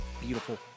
beautiful